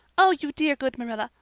oh, you dear good marilla.